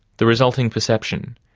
the resulting perception,